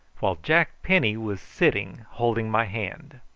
while jack penny was sitting holding my hand.